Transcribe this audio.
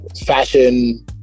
fashion